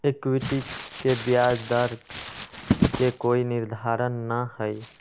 equity के ब्याज दर के कोई निर्धारण ना हई